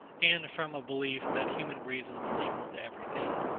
and from a belief that human reason was equal to every thing.